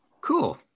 Cool